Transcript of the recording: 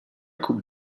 coupe